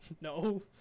No